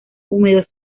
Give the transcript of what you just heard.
húmedos